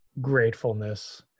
gratefulness